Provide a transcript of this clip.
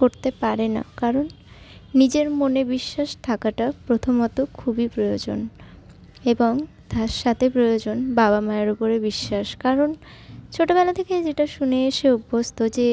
করতে পারে না কারণ নিজের মনে বিশ্বাস থাকাটা প্রথমত খুবই প্রয়োজন এবং তার সাথে প্রয়োজন বাবা মায়ের উপরে বিশ্বাস কারণ ছোটোবেলা থেকে যেটা শুনে এসে অভ্যস্ত যে